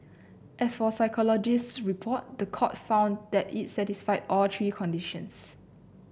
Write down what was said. as for psychologist's report the court found that it satisfied all three conditions